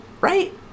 Right